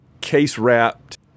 case-wrapped